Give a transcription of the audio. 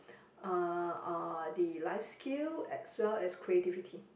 uh uh the life skill as well as creativity